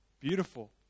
Beautiful